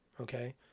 Okay